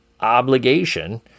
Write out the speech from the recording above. obligation